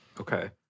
Okay